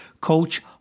coach